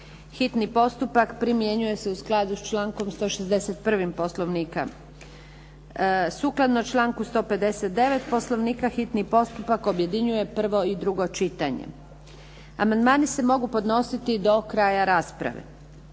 Hitni postupak primjenjuje se u skladu s člankom 161. Poslovnika. Sukladno članku 159. Poslovnika hitni postupak objedinjuje prvo i drugo čitanje. Amandmani se mogu podnositi do kraja rasprave.